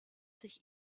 sich